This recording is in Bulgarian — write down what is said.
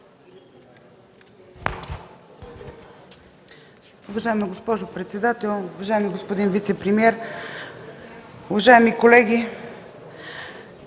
възможност